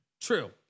True